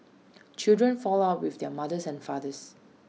children fall out with their mothers and fathers